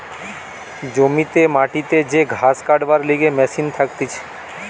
জমিতে মাটিতে যে ঘাস কাটবার লিগে মেশিন থাকতিছে